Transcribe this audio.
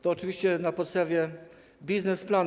To oczywiście na podstawie biznesplanu.